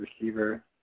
receiver